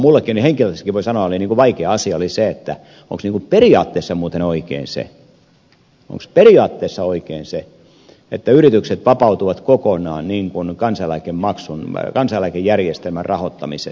minullekin henkilökohtaisesti voi sanoa oli vaikea asia se että onkos periaatteessa muuten oikein se että yritykset vapautuvat kokonaan kansaneläkejärjestelmän rahoittamisesta